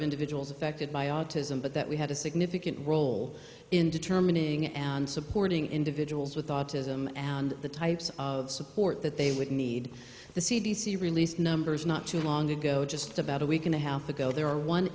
of individuals affected by autism but that we had a significant role in determining and supporting individuals with autism and the types of support that they would need the c d c released numbers not too long ago just about a week and a half ago there are one